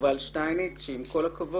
יובל שטייניץ שעם כל הכבוד,